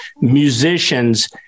musicians